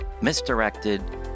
misdirected